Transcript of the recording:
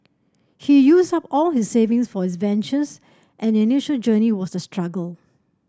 he used up all his savings for his ventures and the initial journey was a struggle